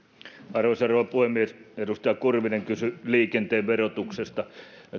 arvoisa rouva puhemies edustaja kurvinen kysyi liikenteen verotuksesta